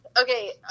Okay